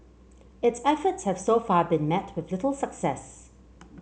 its efforts have so far been met with little success